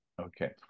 Okay